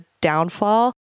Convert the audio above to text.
downfall